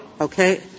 Okay